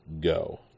Go